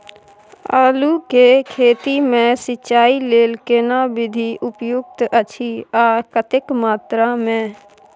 आलू के खेती मे सिंचाई लेल केना विधी उपयुक्त अछि आ कतेक मात्रा मे?